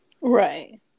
Right